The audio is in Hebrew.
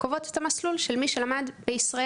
קובעות את המסלול של מי שלמד בישראל,